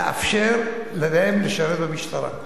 לאפשר להם לשרת במשטרה.